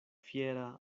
fiera